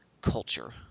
culture